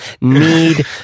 need